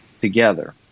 together